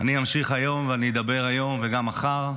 אני אמשיך היום ואדבר היום וגם מחר,